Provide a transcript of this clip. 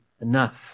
enough